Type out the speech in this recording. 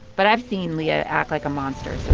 but i've seen leah act like a monster